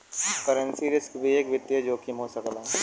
currency risk भी एक वित्तीय जोखिम हो सकला